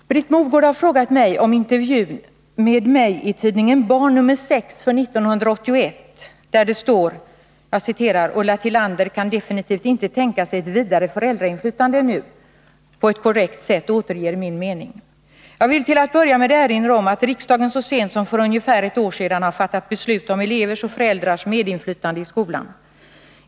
Herr talman! Britt Mogård har frågat mig om intervjun med mig i tidningen Barn, nr 6 för 1981, där det står ”Ulla Tillander kan definitivt inte tänka sig ett vidare föräldrainflytande än nu”, på ett korrekt sätt återger min mening. Jag vill till att börja med erinra om att riksdagen så sent som för ungefär ett år sedan har fattat beslut om elevers och föräldrars medinflytande i skolan.